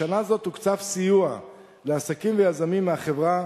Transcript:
בשנה זו תוקצב סיוע לעסקים ויזמים מהחברה